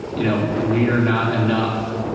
you know we are not enough.